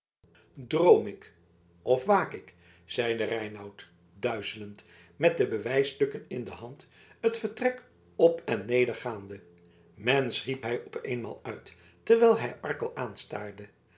droom ik of waak ik zeide reinout duizelend met de bewijsstukken in de hand het vertrek op en neder gaande mensch riep hij op eenmaal uit terwijl hij arkel aanstaarde